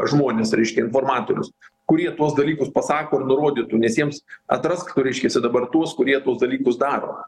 žmones reiškia informatorius kurie tuos dalykus pasako nurodytų nes jiems atrask kur reiškiasi dabar tuos kurie tuos dalykus daro